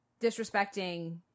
disrespecting